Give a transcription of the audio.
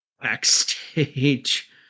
Backstage